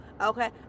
Okay